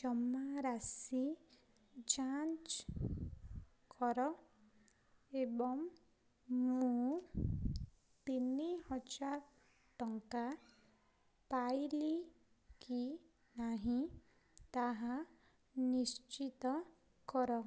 ଜମାରାଶି ଯାଞ୍ଚ୍ କର ଏବଂ ମୁଁ ତିନି ହଜାର ଟଙ୍କା ପାଇଲି କି ନାହିଁ ତାହା ନିଶ୍ଚିତ କର